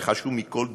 וחשוב מכול,